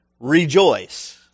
rejoice